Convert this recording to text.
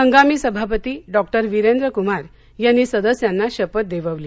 हंगामी सभापती डॉक्टर विरेंद्र कुमार यांनी सदस्यांना शपथ देववली